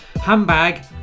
Handbag